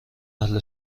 اهل